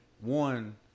one